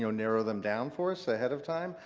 narrow them down for us ahead of time.